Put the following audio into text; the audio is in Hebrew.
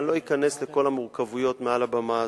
אני לא אכנס לכל המורכבויות מעל הבמה הזאת.